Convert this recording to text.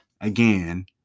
again